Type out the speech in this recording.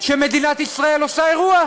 שמדינת ישראל עושה אירוע.